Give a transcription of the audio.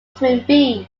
vitamin